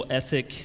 ethic